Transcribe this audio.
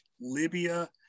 Libya